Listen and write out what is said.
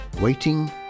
Waiting